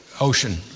Ocean